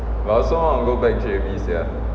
but I also want to go back J_B sia